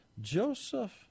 Joseph